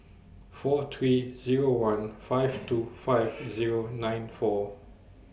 four three Zero one five two five Zero nine four